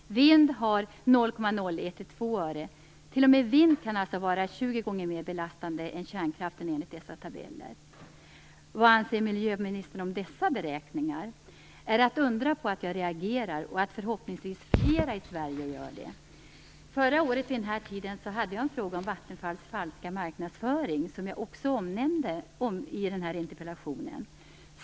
Vind har 0,01-2 öre. T.o.m. vind kan vara upp till 20 gånger mer belastande är kärnkraften enligt dessa tabeller. Vad anser miljöministern om dessa beräkningar? Är det att undra på att jag reagerar, och att förhoppningsvis fler i Sverige gör det? Förra året vid den här tiden hade jag en fråga om Vattenfalls falska marknadsföring, som jag också omnämner i interpellationen.